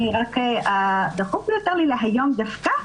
דחוף לי יותר היום דווקא,